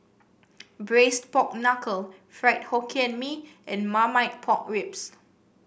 Braised Pork Knuckle Fried Hokkien Mee and Marmite Pork Ribs